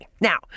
Now